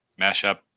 mashup